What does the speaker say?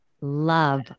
love